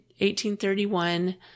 1831